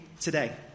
today